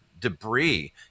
debris